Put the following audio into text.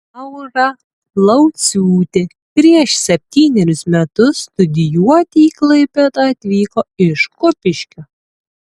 laura lauciūtė prieš septynerius metus studijuoti į klaipėdą atvyko iš kupiškio